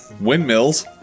windmills